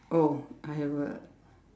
oh I have a